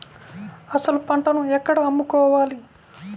అసలు పంటను ఎక్కడ అమ్ముకోవాలి?